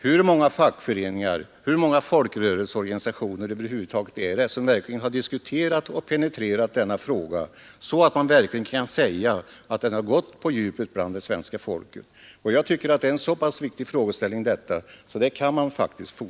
Hur många fackföreningar, hur många folkrörelseorganisationer över huvud taget har diskuterat och penetrerat denna fråga, så att man verkligen kan säga att den har gått på djupet bland svenska folket? Jag tycker att det gäller en så pass viktig frågeställning att man kan fordra att den hade gjort det.